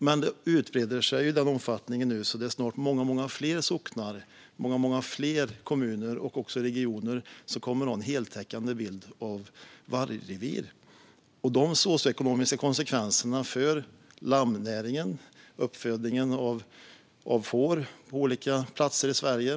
Men utbredningen sker nu i en sådan omfattning att det snart är många, många fler socknar, kommuner och regioner som kommer att ha heltäckande vargrevir. Detta får ekonomiska konsekvenser för lammnäringen, uppfödningen av får, på olika platser i Sverige.